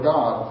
God